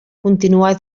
continuar